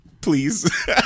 please